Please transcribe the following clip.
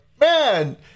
man